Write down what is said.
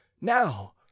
now